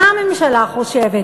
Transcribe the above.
מה הממשלה חושבת,